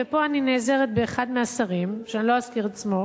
ופה אני נעזרת באחד מהשרים שאני לא אזכיר את שמו,